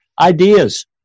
Ideas